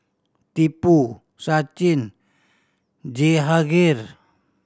Tipu Sachin Jehangirr